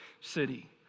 city